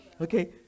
okay